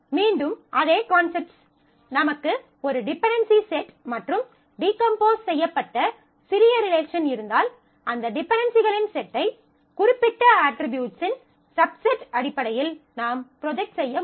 மீண்டும் அதே கான்செப்ட்ஸ் நமக்கு ஒரு டிபென்டென்சி செட் மற்றும் டீகம்போஸ் செய்யப்பட்ட சிறிய ரிலேஷன் இருந்தால் அந்த டிபென்டென்சிகளின் செட்டை குறிப்பிட்ட அட்ரிபியூட்ஸின் சப்செட் அடிப்படையில் நாம் ப்ரொஜெக்ட் செய்ய முடியும்